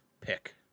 pick